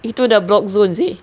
itu dah block zone seh